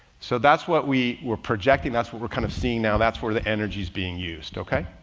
so that's what we were projecting. that's what we're kind of seeing now. that's where the energy is being used. okay.